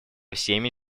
всеми